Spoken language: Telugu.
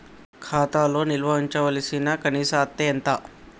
ఖాతా లో నిల్వుంచవలసిన కనీస అత్తే ఎంత?